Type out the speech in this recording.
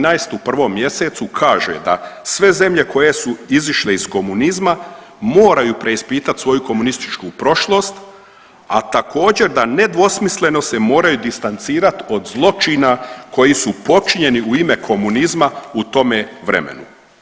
13 u 1. mjesecu kaže da sve zemlje koje su izišle iz komunizma moraju preispitati svoju komunistički prošlost, a također, da nedvosmisleno se moraju distancirati od zločina koji su počinjeni u ime komunizma u tome vremenu.